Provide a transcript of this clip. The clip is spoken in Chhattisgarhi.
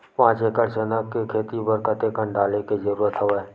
पांच एकड़ चना के खेती बर कते कन डाले के जरूरत हवय?